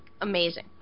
amazing